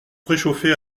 préchauffé